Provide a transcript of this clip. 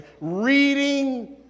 reading